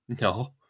No